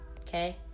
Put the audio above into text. Okay